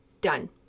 Done